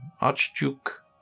Archduke